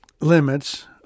limits